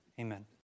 Amen